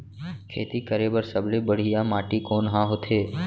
खेती करे बर सबले बढ़िया माटी कोन हा होथे?